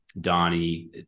Donnie